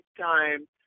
time